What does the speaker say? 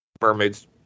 mermaids